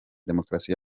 demokarasi